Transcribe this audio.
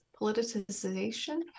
politicization